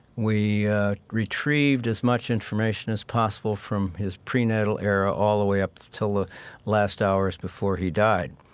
we retrieved as much information as possible from his prenatal area all the way up to the last hours before he died.